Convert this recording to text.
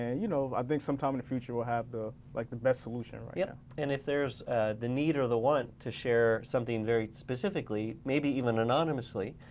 you know i think some time in the future we'll have the, like the best solution right now. yep and if there's the need or the want to share something very specifically, maybe even anonymously,